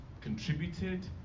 contributed